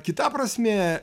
kita prasmė